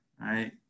right